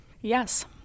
Yes